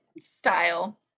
style